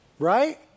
Right